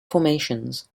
formations